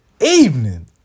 evening